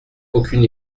aucune